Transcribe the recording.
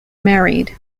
married